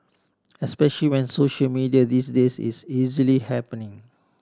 especial when social media these days it's easily happening